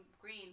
green